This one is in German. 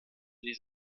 die